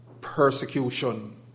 persecution